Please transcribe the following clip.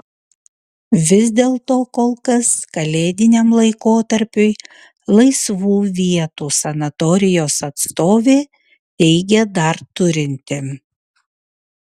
vis dėlto kol kas kalėdiniam laikotarpiui laisvų vietų sanatorijos atstovė teigė dar turinti